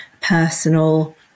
personal